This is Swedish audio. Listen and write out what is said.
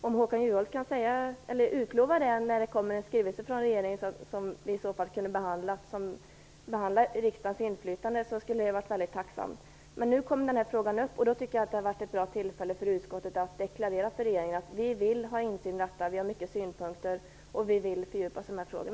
Om Håkan Juholt kan säga när det kommer en skrivelse från regeringen så att vi kan behandla frågan om riksdagens inflytande skulle jag vara väldigt tacksam. Men frågan kom upp nu, och jag tycker att det var ett bra tillfälle för utskottet att deklarera för regeringen att vi vill ha insyn i detta, vi har många synpunkter och vill fördjupa oss i dessa frågor.